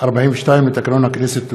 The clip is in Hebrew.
42 לתקנון הכנסת.